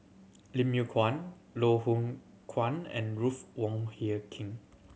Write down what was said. Lim Yew Kuan Loh Hoong Kwan and Ruth Wong Hie King